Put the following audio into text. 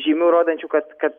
žymių rodančių kad kad